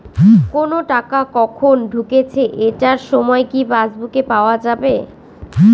কোনো টাকা কখন ঢুকেছে এটার সময় কি পাসবুকে পাওয়া যাবে?